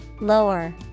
Lower